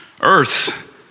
Earth